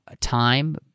time